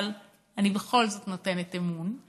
אבל אני בכל זאת נותנת אמון.